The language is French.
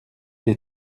des